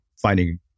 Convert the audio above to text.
finding